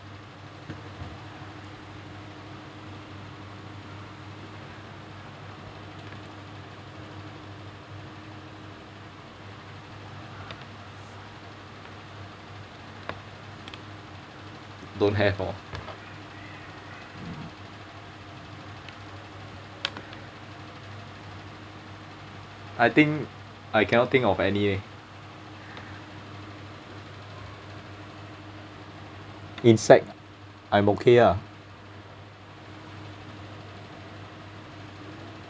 don't have oh I think I cannot think of any eh insect I'm okay ah